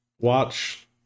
watch